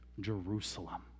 jerusalem